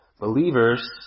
Believers